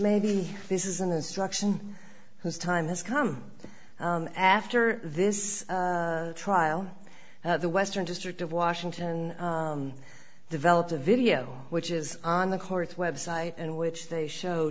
maybe this is an instruction whose time has come after this trial the western district of washington developed a video which is on the court's website and which they show